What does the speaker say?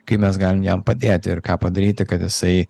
kaip mes galim jam padėti ir ką padaryti kad jisai